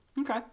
Okay